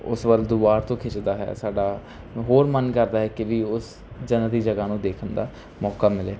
ਉਸ ਵੱਲ ਦੁਬਾਰਾ ਤੋਂ ਖਿੱਚਦਾ ਹੈ ਸਾਡਾ ਹੋਰ ਮਨ ਕਰਦਾ ਹੈ ਕਿ ਵੀ ਉਸ ਜੰਨਤ ਦੀ ਜਗ੍ਹਾ ਨੂੰ ਦੇਖਣ ਦਾ ਮੌਕਾ ਮਿਲੇ